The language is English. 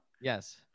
Yes